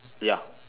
ya